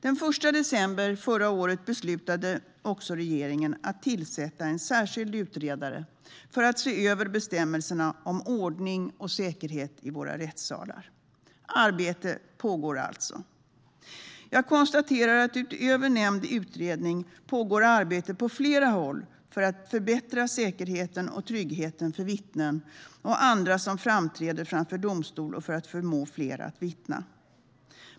Den 1 december förra året beslutade också regeringen att tillsätta en särskild utredare för att se över bestämmelserna om ordning och säkerhet i våra rättssalar. Arbete pågår alltså. Jag konstaterar att utöver nämnd utredning pågår arbete på flera håll för att förbättra säkerheten och tryggheten för vittnen och andra som framträder framför domstol och för att förmå fler att vittna.